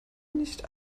nicht